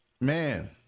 man